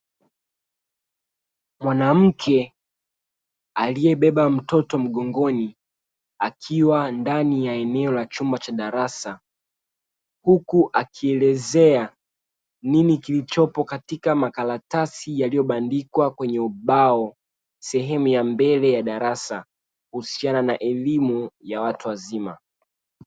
Mwanamke aliyebeba mtoto mgongoni, akiwa ndani ya eneo la chumba cha darasani, akielezea nini kilichopo katika makaratasi yaliyobandikwa kwenye ubao sehemu ya mbele ya darasa, kuhusiana na elimu ya watu wazima.